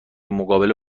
مقابله